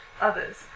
others